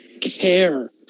care